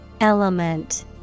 Element